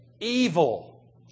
evil